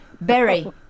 Berry